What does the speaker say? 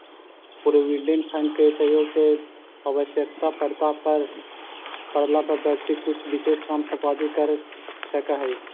provident fund के सहयोग से आवश्यकता पड़ला पर व्यक्ति कुछ विशेष काम संपादित कर सकऽ हई